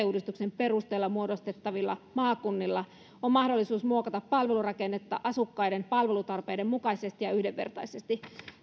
uudistuksen perusteella muodostettavilla maakunnilla on mahdollisuus muokata palvelurakennetta asukkaiden palvelutarpeiden mukaisesti ja ja yhdenvertaisesti